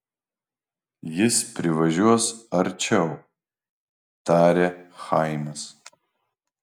jis privažiuos arčiau tarė chaimas